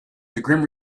grim